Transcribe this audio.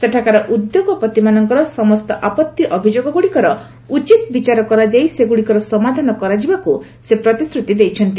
ସେଠାକାର ଉଦ୍ୟୋଗପତିମାନଙ୍କର ସମସ୍ତ ଆପଭି ଅଭିଯୋଗଗୁଡ଼ିକର ଉଚିତ ବିଚାର କରାଯାଇ ସେଗୁଡ଼ିକର ସମାଧାନ କରାଯିବାକୁ ସେ ପ୍ରତିଶ୍ରତି ଦେଇଛନ୍ତି